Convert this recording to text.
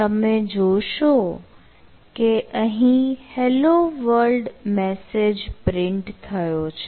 તમે જોશો કે અહીં હેલો વર્લ્ડ મેસેજ પ્રિન્ટ થયો છે